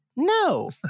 No